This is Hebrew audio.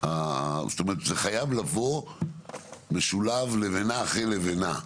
זאת אומרת, זה חייב להיות משולב לבנה אחרי לבנה.